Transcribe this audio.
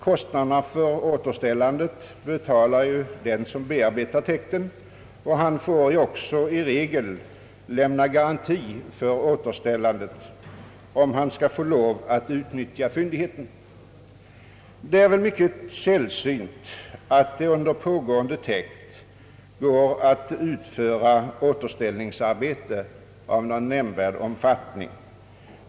Kostnaderna för återställandet betalar ju den som bearbetar täkten, och han får också i regel lämna garanti för återställandet om han skall få lov att utnyttja fyndigheten. Det är väl mycket sällsynt att det under pågående täkt går att utföra återställningsarbete i någon nämnvärd omfattning.